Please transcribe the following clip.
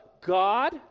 God